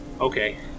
okay